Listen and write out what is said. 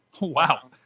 Wow